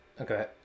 okay